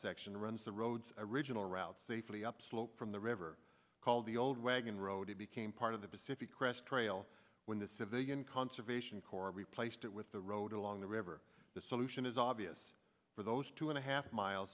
section runs the roads original route safely upslope from the river called the old wagon road it became part of the pacific crest trail when the civilian conservation corps replaced it with the road along the river the solution is obvious for those two and a half mile